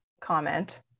comment